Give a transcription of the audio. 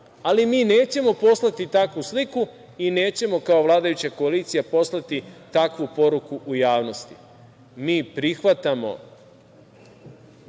Ali, mi nećemo poslati takvu sliku i nećemo kao vladajuća koalicija poslati takvu poruku u javnosti. Mi prihvatamo,